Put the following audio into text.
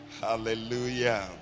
Hallelujah